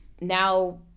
now